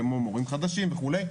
כמו מורים חדשים וכולי,